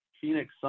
Phoenix